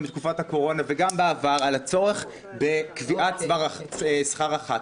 בתקופת הקורונה וגם בעבר על הצורך בקביעת שכר הח"כים.